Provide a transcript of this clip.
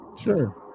Sure